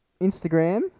Instagram